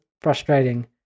frustrating